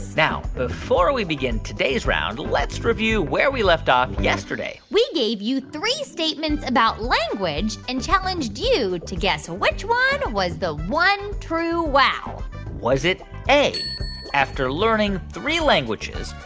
now, before we begin today's round, let's review where we left off yesterday we gave you three statements about language and challenged you to guess which one was the one true wow was it a after learning three languages,